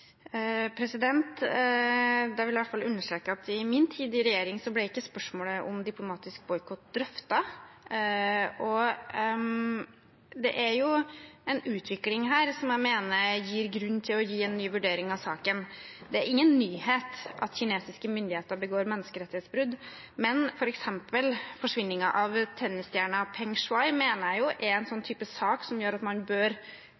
vil jeg iallfall understreke at i min tid i regjering ble ikke spørsmål om diplomatisk boikott drøftet. Det er en utvikling her som jeg mener gir grunn til å gjøre en ny vurdering av saken. Det er ingen nyhet at kinesiske myndigheter begår menneskerettighetsbrudd, men f.eks. forsvinningen av tennisstjernen Peng Shuai mener jeg er en sak som gjør at man bør